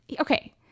Okay